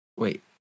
wait